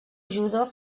judo